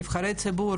נבחרי ציבור,